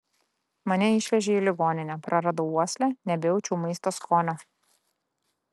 mane išvežė į ligoninę praradau uoslę nebejaučiau maisto skonio